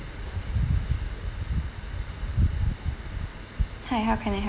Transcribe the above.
hi how can I help